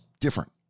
different